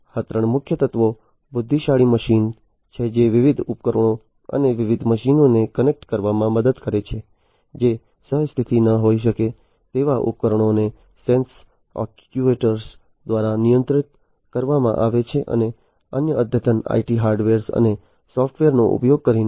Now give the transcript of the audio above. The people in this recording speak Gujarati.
આ ત્રણ મુખ્ય તત્વો બુદ્ધિશાળી મશીનો છે જે વિવિધ ઉપકરણો અને વિવિધ મશીનોને કનેક્ટ કરવામાં મદદ કરે છે જે સહ સ્થિત ન હોઈ શકે તેવા ઉપકરણોને સેન્સર એક્ટ્યુએટર્સ દ્વારા નિયંત્રિત કરવામાં આવે છે અને અન્ય અદ્યતન IT હાર્ડવેર અને સોફ્ટવેરનો ઉપયોગ કરીને